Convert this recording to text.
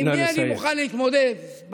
עם מי אני מוכן להתמודד -- נא לסיים.